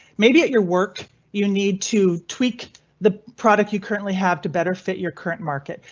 maybe at your work you need to tweak the product you currently have to better fit your current market.